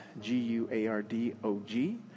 g-u-a-r-d-o-g